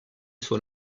sur